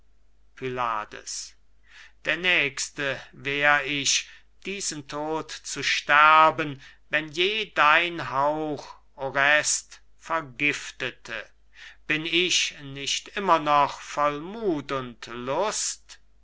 pylades der nächste wär ich diesen tod zu sterben wenn je dein hauch orest vergiftete bin ich nicht immer noch voll muth und lust